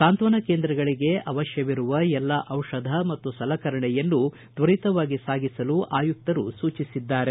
ಸಾಂತ್ವನ ಕೇಂದ್ರಗಳಿಗೆ ಅವಶ್ಯವಿರುವ ಎಲ್ಲಾ ದಿಷಧ ಮತ್ತು ಸಲಕರಣೆಯನ್ನು ತ್ವರಿತವಾಗಿ ಸಾಗಿಸಲು ಆಯುಕ್ತರು ಸೂಚಿಸಿದ್ದಾರೆ